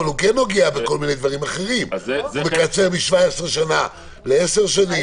אבל הוא כן נוגע בכל מיני דברים אחרים: הוא מקצר מ-17 שנה לעשר שנים.